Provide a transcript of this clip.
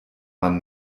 man